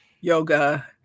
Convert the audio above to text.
yoga